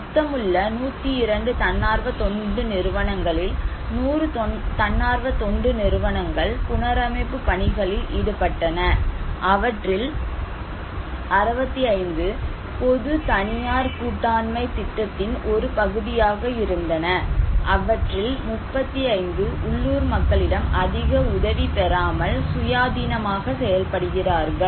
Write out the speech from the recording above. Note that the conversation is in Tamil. மொத்தம் உள்ள 102 தன்னார்வ தொண்டு நிறுவனங்களில் 100 தன்னார்வ தொண்டு நிறுவனங்கள் புனரமைப்பு பணிகளில் ஈடுபட்டன அவற்றில் 65 பொது தனியார் கூட்டாண்மை திட்டத்தின் ஒரு பகுதியாக இருந்தன அவற்றில் 35 உள்ளூர் மக்களிடம் அதிக உதவி பெறாமல் சுயாதீனமாக செயல்படுகிறார்கள்